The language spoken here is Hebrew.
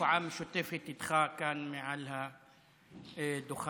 הופעה משותפת איתך כאן מעל הדוכן.